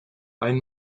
ein